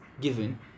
Given